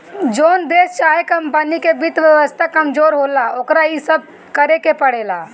जोन देश चाहे कमपनी के वित्त व्यवस्था कमजोर होला, ओकरा इ सब करेके पड़ेला